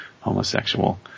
homosexual